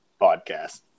podcast